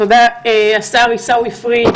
השר עיסאווי פריג',